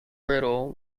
brittle